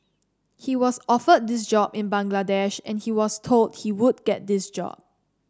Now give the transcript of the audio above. he was offered this job in Bangladesh and he was told he would get this job